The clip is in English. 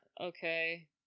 okay